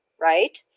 right